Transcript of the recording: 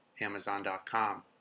amazon.com